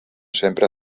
sempre